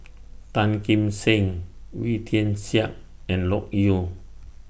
Tan Kim Seng Wee Tian Siak and Loke Yew